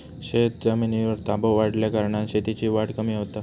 शेतजमिनीर ताबो वाढल्याकारणान शेतीची वाढ कमी होता